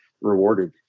rewarded